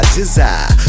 desire